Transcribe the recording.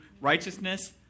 righteousness